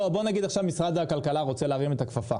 בוא נגיד עכשיו משרד הכלכלה רוצה להרים את הכפפה